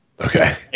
Okay